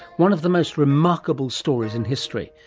one of the most remarkable stories in history,